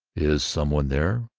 is some one there?